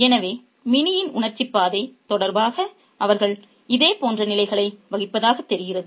எனவே மினியின் உணர்ச்சிப் பாதை தொடர்பாக அவர்கள் இதே போன்ற நிலைகளை வகிப்பதாகத் தெரிகிறது